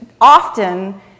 often